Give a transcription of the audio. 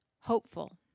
Hopeful